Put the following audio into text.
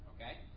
Okay